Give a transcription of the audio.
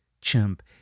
chimp